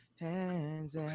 hands